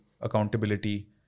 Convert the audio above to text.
accountability